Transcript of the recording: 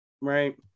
Right